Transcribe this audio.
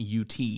UT